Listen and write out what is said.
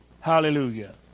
Hallelujah